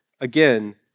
again